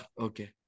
Okay